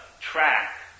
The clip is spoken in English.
track